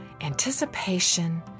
anticipation